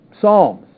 Psalms